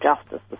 justice